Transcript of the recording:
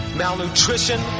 malnutrition